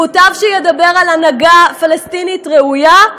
מוטב שידבר על הנהגה פלסטינית ראויה,